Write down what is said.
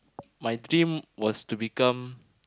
my dream was to become